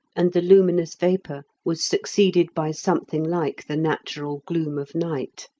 and the luminous vapour was succeeded by something like the natural gloom of night.